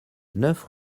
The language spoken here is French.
neuf